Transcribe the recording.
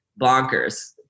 bonkers